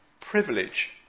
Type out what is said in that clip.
privilege